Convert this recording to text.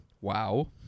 wow